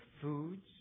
foods